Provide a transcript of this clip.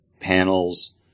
panels